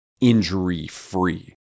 injury-free